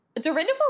Dorinda